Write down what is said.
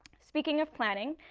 speaking of planning,